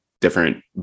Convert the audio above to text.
different